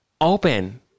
Open